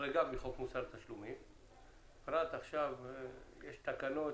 הוחרגה מחוק מוסר התשלומים, בפרט עכשיו יש תקלות